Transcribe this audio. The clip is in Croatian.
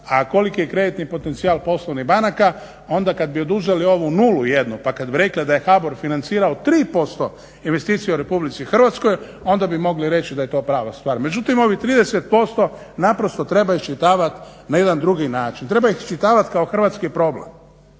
a koliki je kreditni potencijal poslovnih banaka onda kada bi oduzeli ovu nulu jednu pa kada bi rekli da je HBOR financirao 3% investicija u RH onda bi mogli reći da je to prava stvar. Međutim ovi 30% naprosto treba iščitavati na jedan drugi način. Treba iščitavati kao hrvatski problem.